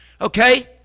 okay